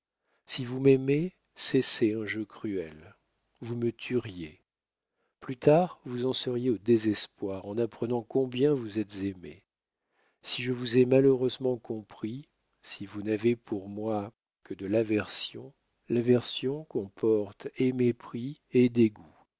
si vous m'aimez cessez un jeu cruel vous me tueriez plus tard vous en seriez au désespoir en apprenant combien vous êtes aimé si je vous ai malheureusement compris si vous n'avez pour moi que de l'aversion l'aversion comporte et mépris et dégoût